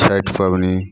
छठि पबनी